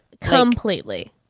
Completely